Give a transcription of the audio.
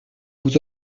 vous